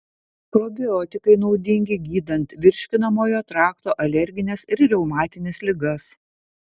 probiotikai naudingi gydant virškinamojo trakto alergines ir reumatines ligas